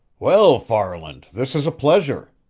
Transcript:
well, farland, this is a pleasure!